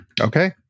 Okay